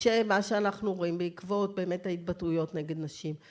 שמה שאנחנו רואים בעקבות באמת ההתבטאויות נגד נשים